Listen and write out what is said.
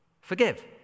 forgive